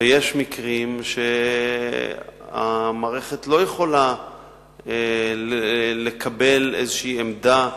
ויש מקרים שהמערכת לא יכולה לקבל איזו עמדה,